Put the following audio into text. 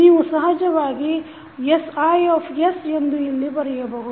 ನೀವು ಸಹಜವಾಗಿ sI ಎಂದು ಇಲ್ಲಿ ಬರೆಯಬಹುದು